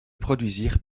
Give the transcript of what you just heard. produisirent